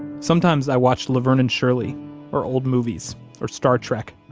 sometimes i watched laverne and shirley or old movies or star trek.